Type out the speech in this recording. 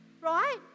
right